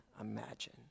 imagine